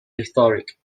rhetoric